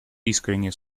искренние